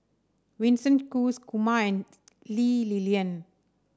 Winston Choos Kumar and Lee Li Lian